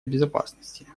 безопасности